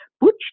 Butch